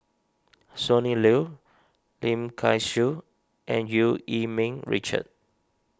Sonny Liew Lim Kay Siu and Eu Yee Ming Richard